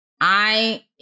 I-